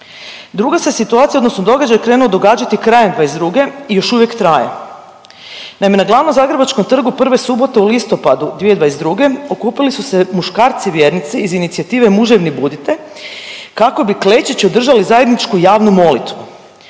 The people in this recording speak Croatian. Druga se situacija odnosno događaj krenuo događati krajem '22. i još uvijek traje. Naime, na glavnom zagrebačkom trgu prve subote u listopadu 2022. okupili su se muškarci vjernici iz inicijative „Muževni budite“ kako bi klečeći održali zajedničku javnu molitvu.